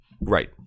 Right